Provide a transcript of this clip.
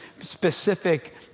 specific